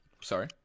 Sorry